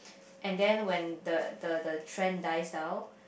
and then when the the the trend dies down